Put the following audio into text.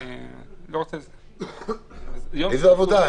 איזו עבודה?